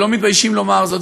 ולא מתביישים לומר זאת,